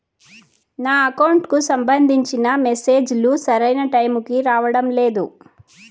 నా అకౌంట్ కు సంబంధించిన మెసేజ్ లు సరైన టైము కి రావడం లేదు